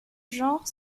genre